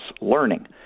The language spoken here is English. learning